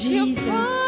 Jesus